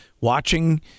watching